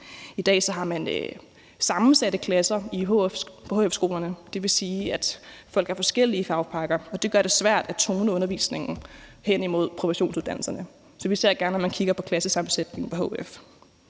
I dag har man sammensatte klasser på hf-skolerne. Det vil sige, at folk har forskellige fagpakker, og det gør det svært at tone undervisningen over mod professionsuddannelserne. Så vi ser gerne, at man kigger på klassesammensætningen på hf.